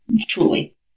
Truly